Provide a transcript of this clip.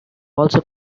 also